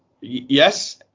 yes